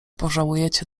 pożałujecie